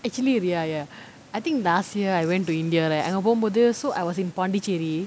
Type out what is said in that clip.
actually ya ya I think last year I went to india there அங்க போம்போது:anga pompothu so I was in Pondicherry